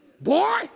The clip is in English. Boy